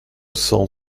cent